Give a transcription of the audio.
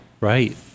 Right